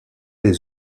les